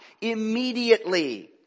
immediately